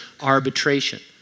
arbitration